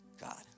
God